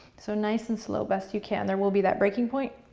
so nice and slow, best you can, there will be that breaking point.